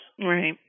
Right